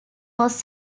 was